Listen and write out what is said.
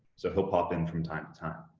so he'll pop in from time to time.